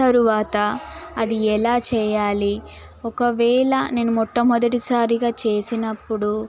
తరువాత అది ఎలా చేయాలి ఒకవేళ నేను మొట్టమొదటిసారిగా చేసినప్పుడు